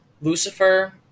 Lucifer